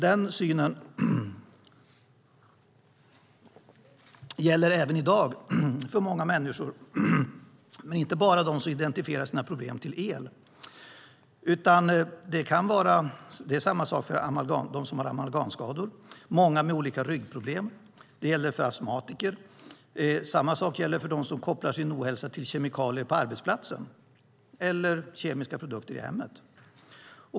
Den synen gäller även i dag för många människor, men inte bara för dem som identifierar sina problem till el, utan det är samma sak för dem som amalgamskador och många med olika ryggproblem. Det gäller för astmatiker och för dem som kopplar sin ohälsa till kemikalier på arbetsplatsen eller kemiska produkter i hemmet.